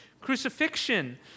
crucifixion